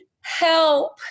help